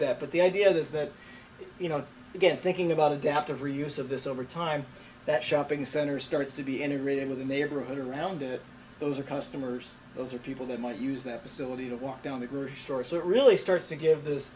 that but the idea is that you know again thinking about adaptive reuse of this over time that shopping center starts to be integrated with the neighborhood around it those are customers those are people that might use that facility to walk down the grocery store so it really starts to give th